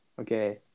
Okay